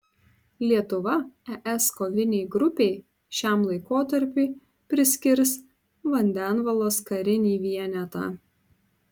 lietuva es kovinei grupei šiam laikotarpiui priskirs vandenvalos karinį vienetą